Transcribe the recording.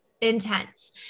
intense